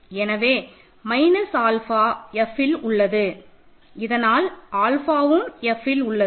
எனவே minus alpha Fஇல் உள்ளது இதனால் ஆல்ஃபாஉம் Fல் உள்ளது